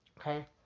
Okay